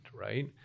right